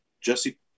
Jesse